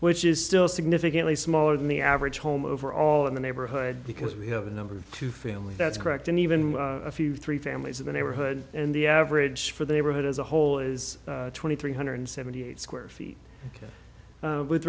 which is still significantly smaller than the average home over all in the neighborhood because we have a number two family that's correct in even a few three families of the neighborhood and the average for the neighborhood as a whole is twenty three hundred seventy eight square feet with